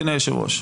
אדוני היושב-ראש,